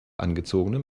angezogene